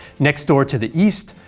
next door to the east,